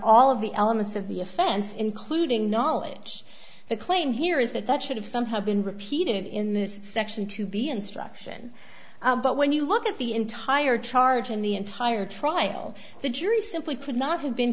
all of the elements of the offense including knowledge the claim here is that that should have somehow been repeated in this section to be instruction but when you look at the entire charge in the entire trial the jury simply could not have been